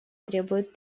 требуют